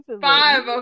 five